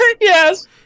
Yes